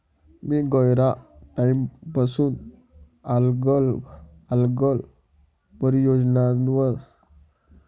मी गयरा टाईमपसून आल्लग आल्लग परियोजनासवर आधारेल उदयमितासमा भाग ल्ही रायनू